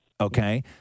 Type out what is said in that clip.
Okay